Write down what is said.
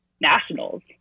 nationals